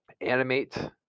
animate